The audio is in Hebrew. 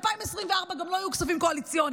ב-2024 גם לא יהיו כספים קואליציוניים,